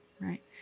right